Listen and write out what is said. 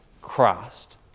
Christ